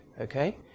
okay